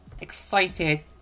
excited